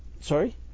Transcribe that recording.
Sorry